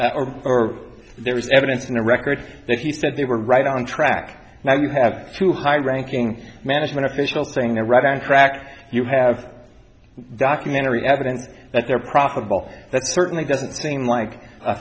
testified or there was evidence in the record that he said they were right on track now you have two high ranking management officials saying they're right on track you have documentary evidence that they're profitable that certainly doesn't seem like a